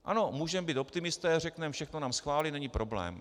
Ano, můžeme být optimisté, řekneme, všechno nám schválí, není problém.